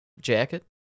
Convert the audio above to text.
jacket